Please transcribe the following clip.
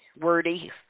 wordy